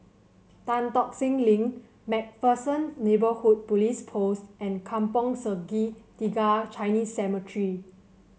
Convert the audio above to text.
Tan Tock Seng Link MacPherson Neighbourhood Police Post and Kampong Sungai Tiga Chinese Cemetery